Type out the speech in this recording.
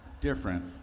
Different